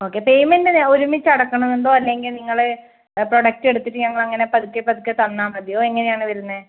okay payment ഒരുമിച്ച് അടക്കണമെന്ന് ഉണ്ടോ അല്ലെങ്കിൽ നിങ്ങൾ പ്രോഡക്ട് എടുത്തിട്ട് ഞങ്ങൾ ഇങ്ങനെ പതുക്കെ പതുക്കെ തന്നാൽ മതിയോ എങ്ങനെയാണ് വരുന്നത്